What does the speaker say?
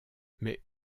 mais